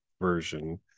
version